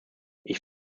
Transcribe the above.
ich